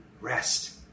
rest